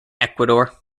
ecuador